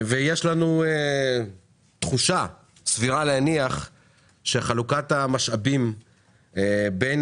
יש לנו תחושה סבירה להניח שחלוקת המשאבים בין